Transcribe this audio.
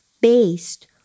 based